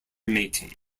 mating